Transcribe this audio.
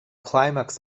climax